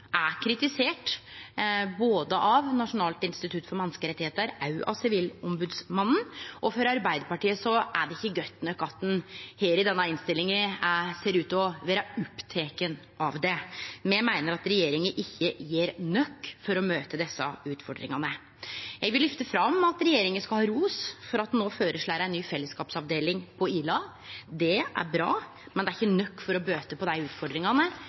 er kritisert både av Noregs nasjonale institusjon for menneskerettar og av Sivilombodsmannen, og for Arbeidarpartiet er det ikkje godt nok at ein i denne innstillinga ser ut til å vere oppteken av det. Me meiner at regjeringa ikkje gjer nok for å møte desse utfordringane. Eg vil lyfte fram at regjeringa skal ha ros for at dei no føreslår ei ny fellesskapsavdeling på Ila. Det er bra, men det er ikkje nok til å bøte på dei utfordringane